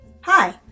Hi